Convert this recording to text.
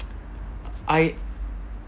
I